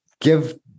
give